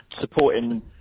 supporting